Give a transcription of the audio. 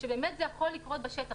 שזה אכן יכול לקרות בשטח,